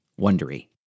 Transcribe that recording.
Wondery